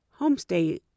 homestay